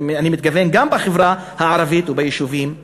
אני מתכוון גם בחברה הערבית וביישובים הערביים.